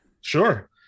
sure